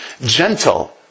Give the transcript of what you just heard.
gentle